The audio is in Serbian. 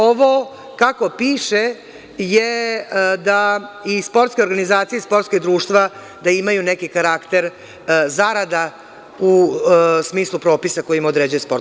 Ovo kako piše je da i sportske organizacije i sportska društva imaju neki karakter zarada u smislu propisa koji im određuje sport.